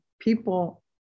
people